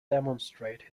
demonstrate